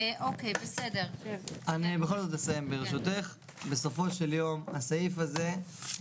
אני רק אבקש לציין את השם לפני שמדברים.